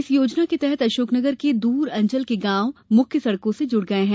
इस योजना के तहत अशोकनगर के दर अचंल के गांव मुख्य सडकों से जुड गए है